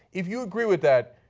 if you agree with that,